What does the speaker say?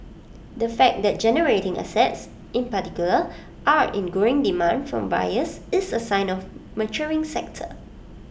the fact that generating assets in particular are in growing demand from buyers is A sign of A maturing sector